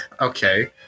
Okay